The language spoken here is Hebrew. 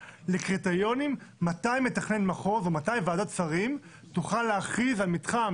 לקריטריונים מתי מתכנן מחוז או מתי ועדת שרים תוכל להכריז על מתחם